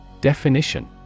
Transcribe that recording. Definition